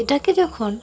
এটাকে যখন